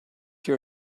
your